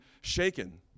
shaken